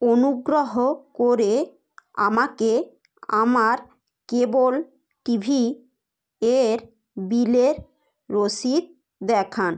অনুগ্রহ করে আমাকে আমার কেবল টিভি এর বিলের রসিদ দেখান